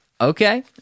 okay